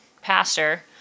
pastor